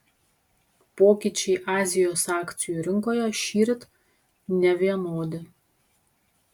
pokyčiai azijos akcijų rinkoje šįryt nevienodi